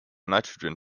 nitrogen